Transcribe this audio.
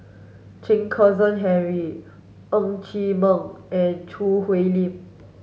Chen Kezhan Henri Ng Chee Meng and Choo Hwee Lim